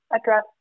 address